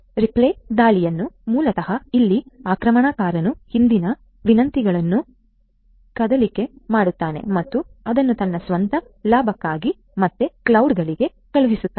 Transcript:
replay ದಾಳಿಯನ್ನು ಮೂಲತಃ ಇಲ್ಲಿ ಆಕ್ರಮಣಕಾರನು ಹಿಂದಿನ ವಿನಂತಿಗಳನ್ನು ಕದ್ದಾಲಿಕೆ ಮಾಡುತ್ತಾನೆ ಮತ್ತು ಅದನ್ನು ತನ್ನ ಸ್ವಂತ ಲಾಭಕ್ಕಾಗಿ ಮತ್ತೆ ಕ್ಲೌಡ್ ಗಳಿಗೆ ಕಳುಹಿಸುತ್ತಾನೆ